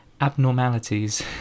abnormalities